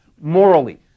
morally